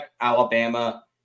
Alabama